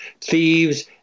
thieves